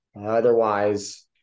otherwise